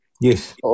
Yes